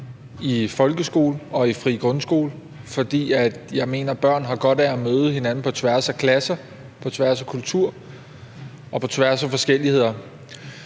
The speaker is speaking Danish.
i folkeskolen og i den frie grundskole, for jeg mener, at børn har godt af at møde hinanden på tværs af klasser, kultur og forskelligheder.